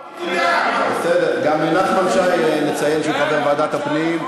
נציין שגם נחמן שי הוא חבר ועדת הפנים.